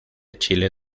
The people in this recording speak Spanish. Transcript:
chile